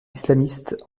islamistes